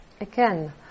Again